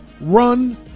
run